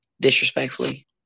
Disrespectfully